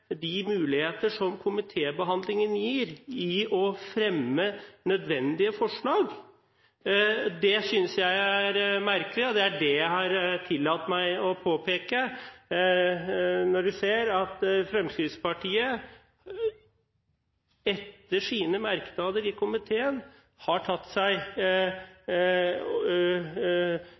de muligheter som komitébehandlingen gir, til å fremme nødvendige forslag. Det synes jeg er merkelig. Det er det jeg har tillatt meg å påpeke når jeg viser til at Fremskrittspartiet etter sine merknader i komiteen har